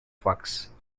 flux